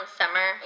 summer